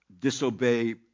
disobey